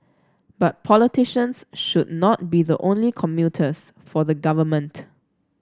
but politicians should not be the only communicators for the government